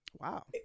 Wow